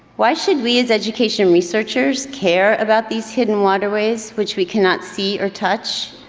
why should we, as education researchers care about these hidden waterways which we cannot see or touch?